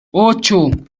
ocho